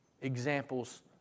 examples